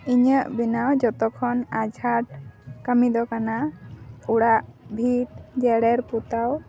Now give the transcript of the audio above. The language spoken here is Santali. ᱤᱧᱟᱹᱜ ᱵᱮᱱᱟᱣ ᱡᱷᱚᱛᱚᱠᱷᱚᱱ ᱟᱸᱡᱷᱟᱴ ᱠᱟᱹᱢᱤ ᱫᱚ ᱠᱟᱱᱟ ᱚᱲᱟᱜ ᱵᱷᱤᱛ ᱡᱮᱲᱮᱨ ᱯᱚᱛᱟᱣ